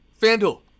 FanDuel